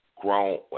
grown